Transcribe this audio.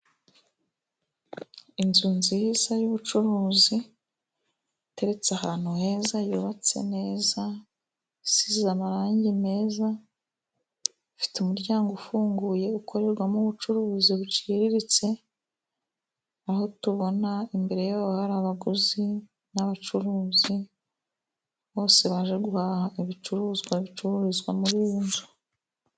Inzu nziza y'ubucuruzi iteretse ahantu heza. Yubatse neza, isize amarangi meza, ifite umuryango ufunguye ukorerwamo ubucuruzi buciriritse, aho tubona imbere yayo hari abaguzi n'abacuruzi, bose baje guhaha ibicuruzwa bicururizwa muri iyi nzu.